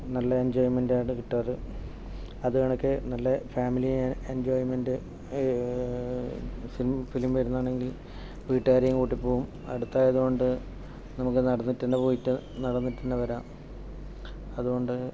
നല്ല എൻജോയ്മെൻറ് ആണ് കിട്ടാറ് അതു കണക്ക് നല്ല ഫാമിലി എൻജോയ്മെൻറ് ഫിലിം ഫിലിം വരുന്നതാണെങ്കിൽ കൂട്ടി പോകും അടുത്തതായതുകൊണ്ട് നമുക്ക് നടന്നിട്ടു തന്നെ പോയിട്ട് നടന്നിട്ടു തന്നെ വരാം അതുകൊണ്ട്